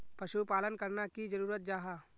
पशुपालन करना की जरूरी जाहा?